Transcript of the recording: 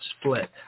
Split